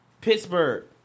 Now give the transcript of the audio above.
Pittsburgh